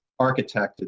architected